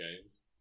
games